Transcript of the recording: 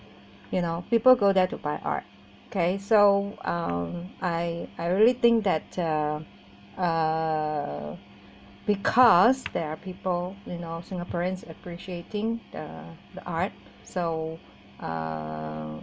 you know people go there to buy art okay so um I I really think that uh uh because there are people you know singaporeans appreciating the art so uh